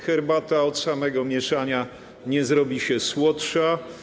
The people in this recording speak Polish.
Herbata od samego mieszania nie zrobi się słodsza.